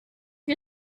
you